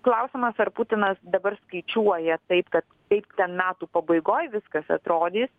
klausimas ar putinas dabar skaičiuoja taip kad kaip ten metų pabaigoj viskas atrodys